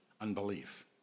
unbelief